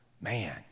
man